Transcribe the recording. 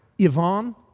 Ivan